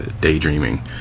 daydreaming